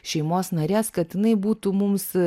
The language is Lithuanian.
šeimos narės kad jinai būtų mums